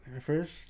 First